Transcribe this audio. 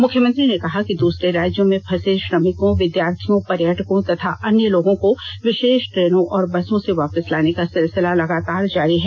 मुख्यमंत्री ने कहा कि दूसरे राज्यों में फंसे श्रमिकों विद्यार्थियों पर्येटकों तथा अन्य लोगों को विशेष ट्रेनों और बसों से वापस लाने का सिलसिला लगातार जारी है